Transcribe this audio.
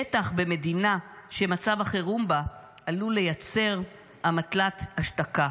בטח במדינה שמצב החירום בה עלול לייצר אמתלת השתקה